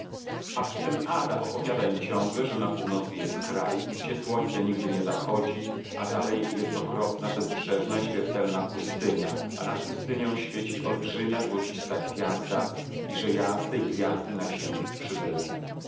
a przytem ada opowiada im ciągle że na północy jest kraj gdzie słońce nigdy nie zachodzi a dalej jest okropna bezbrzeżna i śmiertelna pustynia a nad pustynią świeci olbrzymia złocista gwiazda i że ja z tej gwiazdy na księżyc przybyłem